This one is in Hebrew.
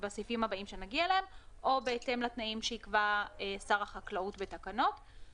בסעיפים הבאים שנגיע אליהם או בהתאם לתנאים שיקבע שר החקלאות בתקנות.